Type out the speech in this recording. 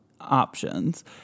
options